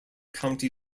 county